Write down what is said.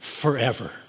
forever